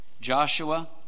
Joshua